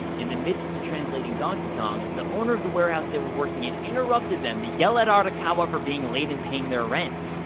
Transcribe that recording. in the midst of translating donkey kong, the owner of the warehouse they were working in interrupted them to yell at arakawa for being late in paying their rent.